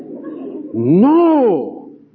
No